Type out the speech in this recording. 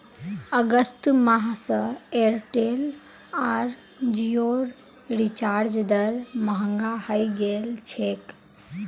अगस्त माह स एयरटेल आर जिओर रिचार्ज दर महंगा हइ गेल छेक